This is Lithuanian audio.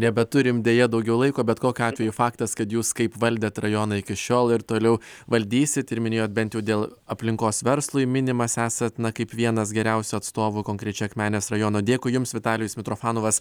nebeturim deja daugiau laiko bet kokiu atveju faktas kad jūs kaip valdėt rajoną iki šiol ir toliau valdysit ir minėjot bent jau dėl aplinkos verslui minimas esat na kaip vienas geriausių atstovų konkrečiai akmenės rajono dėkui jums vitalijus mitrofanovas